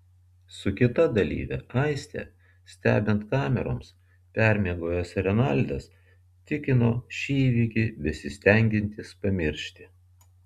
su kita dalyve aiste stebint kameroms permiegojęs renaldas tikino šį įvykį besistengiantis pamiršti